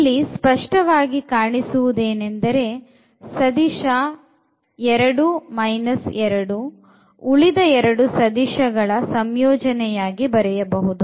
ಇಲ್ಲಿ ಸ್ಪಷ್ಟವಾಗಿ ಕಾಣಿಸುವುದೇನೆಂದರೆ ಸದಿಶ 2 2 ಉಳಿದ ಎರಡು ಸದಿಶ ಸಂಯೋಜನೆಯಾಗಿ ಬರೆಯಬಹುದು